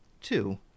two